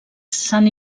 sant